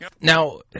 Now